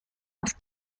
auf